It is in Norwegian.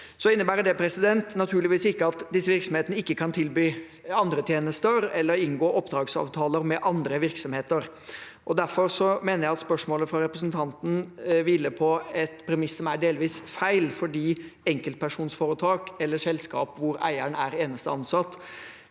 innebærer naturligvis ikke at disse virksomhetene ikke kan tilby andre tjenester eller inngå oppdragsavtaler med andre virksomheter. Derfor mener jeg at spørsmålet fra representanten hviler på et premiss som er delvis feil, fordi enkeltpersonforetak eller selskap hvor eieren er eneste ansatte,